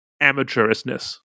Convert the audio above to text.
amateurishness